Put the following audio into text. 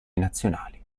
nazionali